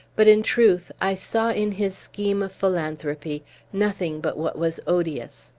but, in truth, i saw in his scheme of philanthropy nothing but what was odious.